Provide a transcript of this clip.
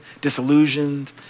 disillusioned